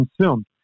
consumed